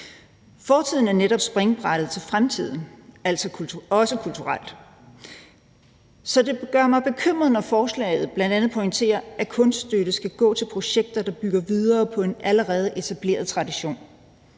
Fortiden er netop springbrættet til fremtiden, også kulturelt, så det gør mig bekymret, når det i forslaget bl.a. pointeres, at kunststøtte skal gå til »projekter, der bygger videre på en allerede etableret tradition«.